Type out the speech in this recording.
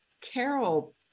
Carol